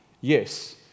Yes